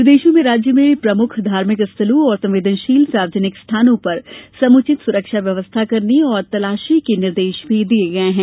निर्देशों में राज्य में प्रमुख धार्मिक स्थलों और संवेदनशील सार्वजनिक स्थानों पर समुचित सुरक्षा व्यवस्था करने और तलाशी के निर्देश भी दिए गए हैं